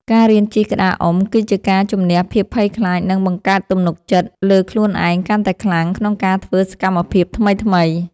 ការរៀនជិះក្តារអុំ គឺជាការជម្នះភាពភ័យខ្លាច និងបង្កើតទំនុកចិត្តលើខ្លួនឯងកាន់តែខ្លាំងក្នុងការធ្វើសកម្មភាពថ្មីៗ។